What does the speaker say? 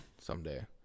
someday